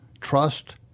trust